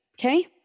Okay